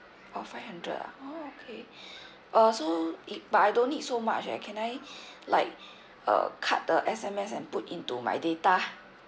oh five hundred uh oh okay uh so it but I don't need so much ah can I like uh cut the SMS and put into my data